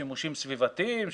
שימושים סביבתיים,